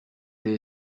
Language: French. l’ai